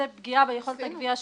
זה חשוב.